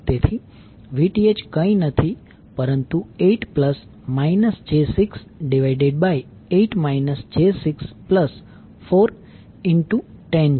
તેથી Vth કંઈ નહીં પરંતુ 8 j 6 8 j 6 4 10 છે